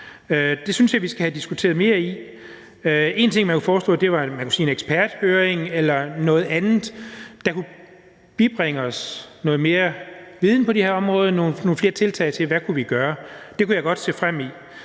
Det synes jeg vi skal have diskuteret noget mere. En ting, man kunne foreslå, var en eksperthøring eller noget andet, der kunne bibringe os noget mere viden på det her område og nogle flere tiltag til, hvad vi kunne gøre. Det kunne jeg godt se nogle